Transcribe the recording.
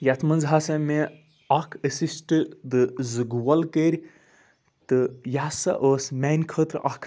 یَتھ منٛز ہَسا مےٚ اَکھ اٮ۪سِسٹ تہٕ زٕ گول کٔرۍ تہٕ یہِ ہسَا ٲسۍ میٛانہِ خٲطرٕ اَکھ